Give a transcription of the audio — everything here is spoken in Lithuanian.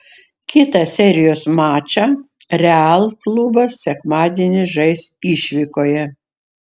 kitą serijos mačą real klubas sekmadienį žais išvykoje